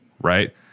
right